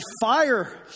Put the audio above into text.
fire